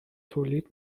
تولید